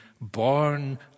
born